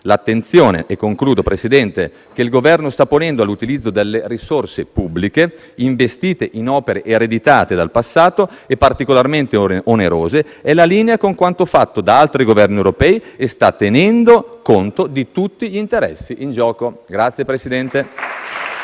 L'attenzione che il Governo sta ponendo sull'utilizzo delle risorse pubbliche investite in opere ereditate dal passato e particolarmente onerose è in linea con quanto fatto da altri Governi europei e sta tenendo conto di tutti gli interessi in gioco. *(Applausi